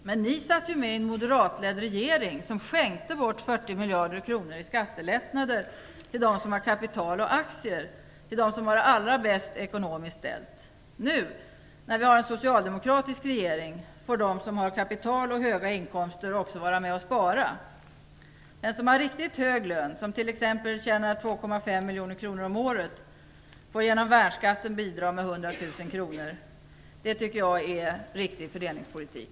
Men ni satt ju med en moderatledd regering som skänkte bort 40 miljarder kronor i skattelättnader till dem som har kapital och aktier, till dem som har det allra bäst ekonomiskt ställt. Nu när vi har en socialdemokratisk regering får de som har kapital och höga inkomster också vara med och spara. Den som har riktigt hög lön och som t.ex. tjänar 2,5 miljoner kronor om året får genom värnskatten bidra med 100 000 kronor. Jag tycker att det är en riktig fördelningspolitik.